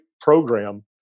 program